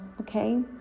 okay